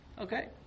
Okay